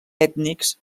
ètnics